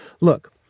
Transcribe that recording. Look